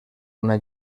una